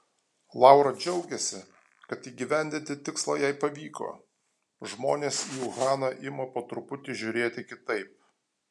laura džiaugiasi kad įgyvendinti tikslą jai pavyko žmonės į uhaną ima po truputį žiūrėti kitaip